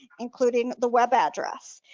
including the web address.